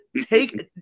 take